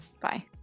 Bye